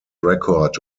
record